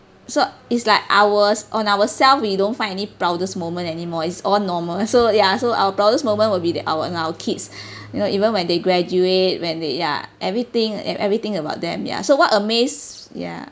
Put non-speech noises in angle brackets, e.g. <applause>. so it's like ours on ourselves we don't find any proudest moment anymore it's all normal so ya so our proudest moment will be that our our kids <breath> you know even when they graduate when they ya everything and everything about them ya so what amazed ya